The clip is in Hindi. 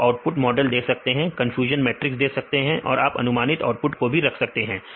आप आउटपुट मॉडल दे सकते हैं या कन्फ्यूजन मैट्रिक्स दे सकते हैं और आप अनुमानित आउटपुट को भी रख सकते हैं